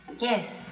Yes